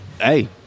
Hey